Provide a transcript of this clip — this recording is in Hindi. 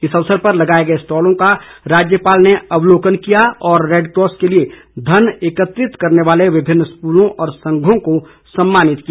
इस अवसर पर लगाए गए स्टॉलों का राज्यपाल ने अवलोकन किया और रेडक्रॉस के लिए धन एकत्रित करने वाले विभिन्न स्कूलों व संघों का सम्मानित किया